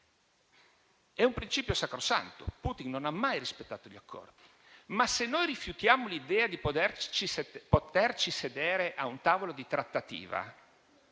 È un principio sacrosanto. Putin non ha mai rispettato gli accordi. Ma se noi rifiutiamo l'idea di poterci sedere a un tavolo di trattativa,